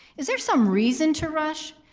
is there some reason to rush?